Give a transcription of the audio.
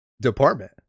department